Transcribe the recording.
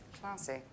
Classy